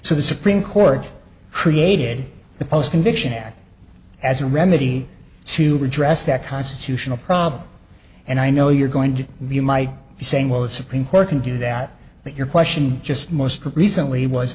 so the supreme court created the post conviction at as a remedy to redress that constitutional problem and i know you're going to be you might be saying well the supreme court can do that but your question just most recently was